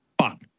fuck